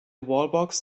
wallbox